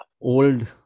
old